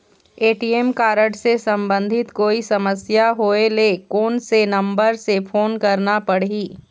ATM card से संबंधित कोई समस्या होय ले, कोन से नंबर से फोन करना पढ़ही?